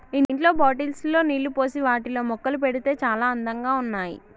ఇంట్లో బాటిల్స్ లో నీళ్లు పోసి వాటిలో మొక్కలు పెడితే చాల అందంగా ఉన్నాయి